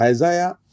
Isaiah